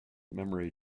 memory